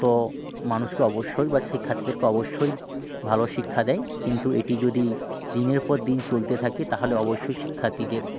যত মানুষকে অবশ্যই বা শিক্ষার্থীদেরকে অবশ্যই ভালো শিক্ষা দেয় কিন্তু এটি যদি দিনের পর দিন চলতে থাকে তাহলে অবশ্যই শিক্ষার্থীদের